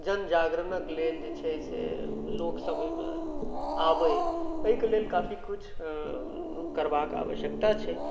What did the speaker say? जनजागरणक लेल जे छै से लोकसब ओहिमे आबै ओहि के लेल काफी कुछ करबाक आवश्यकता छै